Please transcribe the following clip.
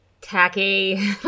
tacky